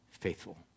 faithful